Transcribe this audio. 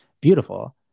beautiful